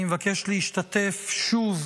אני מבקש להשתתף שוב